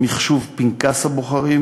מחשוב פנקס הבוחרים.